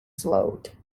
slowed